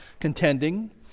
contending